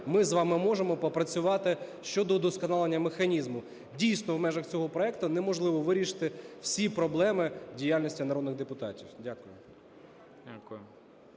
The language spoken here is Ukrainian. ми з вами можемо попрацювати щодо удосконалення механізму. Дійсно, в межах цього проекту неможливо вирішити всі проблеми діяльності народних депутатів. Дякую.